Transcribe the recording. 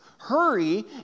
Hurry